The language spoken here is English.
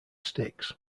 sticks